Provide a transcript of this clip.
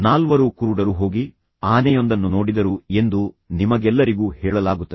ನಾಲ್ವರು ಕುರುಡರು ಹೋಗಿ ಆನೆಯೊಂದನ್ನು ನೋಡಿದರು ಎಂದು ನಿಮಗೆಲ್ಲರಿಗೂ ಹೇಳಲಾಗುತ್ತದೆ